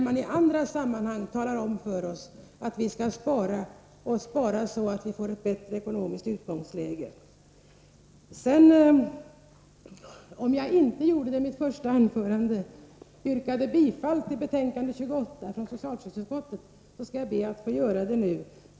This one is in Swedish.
I andra sammanhang talar de ju om för oss att vi skall spara så att vi får en bättre ekonomisk situation. Om jag i mitt första anförande inte yrkade bifall till hemställan i socialförsäkringsutskottets betänkande 28, skall jag be att få göra det nu.